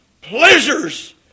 pleasures